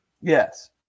Yes